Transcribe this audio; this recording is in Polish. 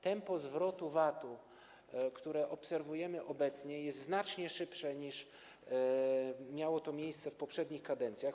Tempo zwrotów VAT-u, które obserwujemy obecnie, jest znacznie szybsze, niż miało to miejsce w poprzednich kadencjach.